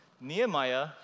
Nehemiah